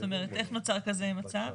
איך נוצר כזה מצב?